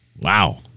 Wow